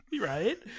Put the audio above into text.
Right